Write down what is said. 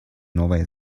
новая